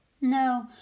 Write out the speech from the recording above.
No